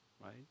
right